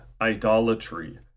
idolatry